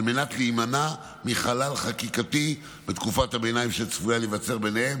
על מנת להימנע מחלל חקיקתי בתקופת הביניים שצפויה להיווצר ביניהן.